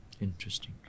interesting